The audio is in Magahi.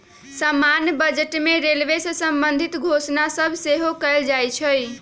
समान्य बजटे में रेलवे से संबंधित घोषणा सभ सेहो कएल जाइ छइ